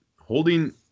Holding